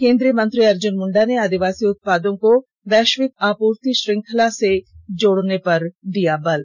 केंद्रीय मंत्री अर्जुन मुंडा ने आदिवासी उत्पादों को वैश्विक आपूर्ति श्रृंखला से जोड़ने पर दिया बल